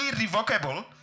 irrevocable